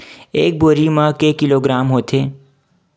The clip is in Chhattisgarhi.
एक बोरी म के किलोग्राम होथे?